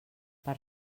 per